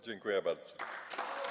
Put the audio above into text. Dziękuję bardzo.